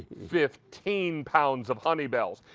fifteen pounds, of honey balls.